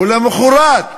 ולמחרת,